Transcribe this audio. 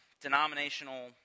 denominational